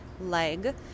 leg